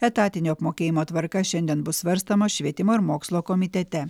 etatinio apmokėjimo tvarka šiandien bus svarstoma švietimo ir mokslo komitete